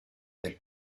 del